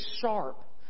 sharp